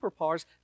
superpowers